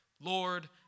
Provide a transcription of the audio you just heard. Lord